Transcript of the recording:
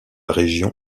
région